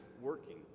working